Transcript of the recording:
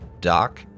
Doc